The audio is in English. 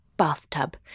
bathtub